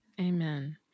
Amen